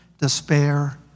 despair